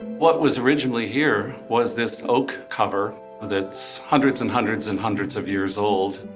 what was originally here was this oak cover with its hundreds and hundreds and hundreds of years old.